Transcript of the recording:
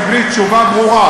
תקבלי תשובה ברורה.